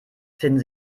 finden